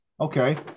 Okay